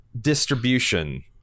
distribution